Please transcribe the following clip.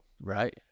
Right